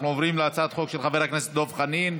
אנחנו עוברים להצעת החוק של חבר הכנסת דב חנין,